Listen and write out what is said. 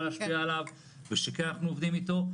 להשפיע עליו ושכן אנחנו עובדים איתו,